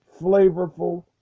flavorful